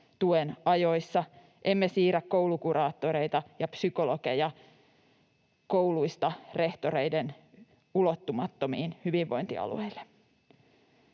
tuen ajoissa. Emme siirrä koulukuraattoreita ja psykologeja kouluista rehtoreiden ulottumattomiin hyvinvointialueille.